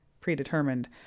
predetermined